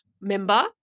member